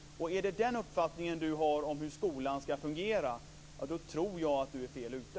Om det är den uppfattningen Yvonne Andersson har om hur skolan skall fungera tror jag att hon är fel ute.